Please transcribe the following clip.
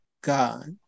God